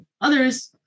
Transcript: others